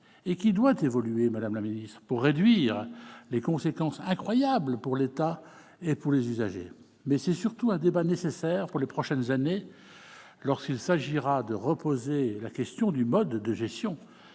et qui doit évoluer, madame la ministre, pour réduire les conséquences incroyables pour l'État et pour les usagers ; il l'est surtout pour les prochaines années, lorsqu'il s'agira de reposer la question du mode de gestion